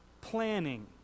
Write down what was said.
Planning